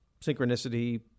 synchronicity